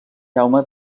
jaume